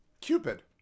Cupid